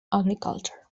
agriculture